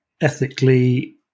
ethically